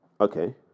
okay